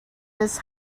this